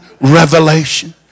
revelation